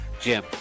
Jim